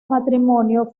matrimonio